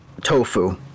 tofu